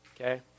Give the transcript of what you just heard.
Okay